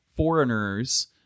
Foreigners